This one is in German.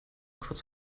kurz